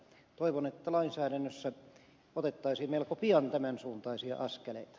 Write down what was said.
toivon että lainsäädännössä otettaisiin melko pian tämän suuntaisia askeleita